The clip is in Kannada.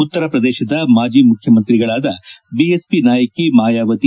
ಉತ್ಸಪ್ಪದೇಶದ ಮಾಜಿ ಮುಖ್ವಮಂತ್ರಿಗಳಾದ ಬಿಎಸ್ಪಿ ನಾಯಕಿ ಮಾಯಾವತಿ